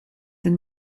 den